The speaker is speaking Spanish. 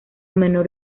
menor